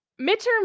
midterm